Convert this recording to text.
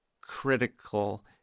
critical